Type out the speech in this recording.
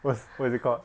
what's what is it called